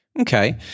Okay